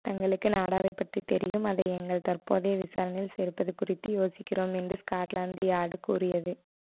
தங்களுக்கு நாடாவை பற்றி தெரியும் அதை எங்கள் தற்போதைய விசாரணையில் சேர்ப்பது குறித்து யோசிக்கிறோம் என்று ஸ்காட்லாந்து யார்டு கூறியது